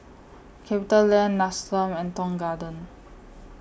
CapitaLand Nestum and Tong Garden